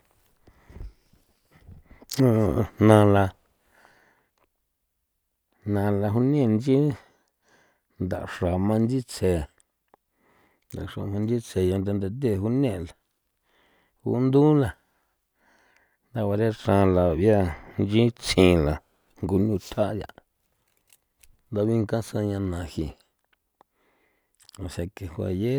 jna la jna la june nchi nda xrama ntsitse nda xrama ntsitse ya nda nda the junela undula thaguare xrala via nchi tsjila ngunu thjala ndabi nkasa yanaji no se que fue aye.